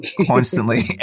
constantly